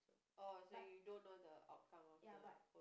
oh so you don't know the outcome of the